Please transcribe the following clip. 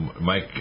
Mike